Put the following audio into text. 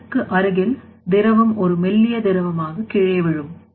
சுவருக்கு அருகில் திரவம் ஒரு மெல்லிய திரவமாக கீழே விழும்